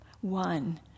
one